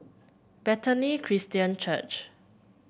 Bethany Christian Church